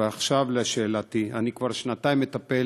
ועכשיו לשאלתי: אני כבר שנתיים מטפל